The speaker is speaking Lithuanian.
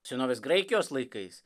senovės graikijos laikais